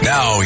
Now